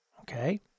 Okay